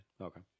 Okay